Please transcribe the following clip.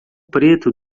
preto